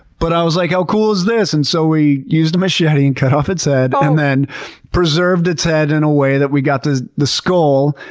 but i was like, how cool is this? and so we used a machete and cut off its head and then preserved its head in a way that we got the skull,